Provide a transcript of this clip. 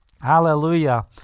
Hallelujah